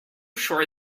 sure